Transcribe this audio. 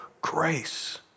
grace